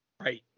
right